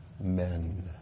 men